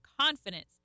confidence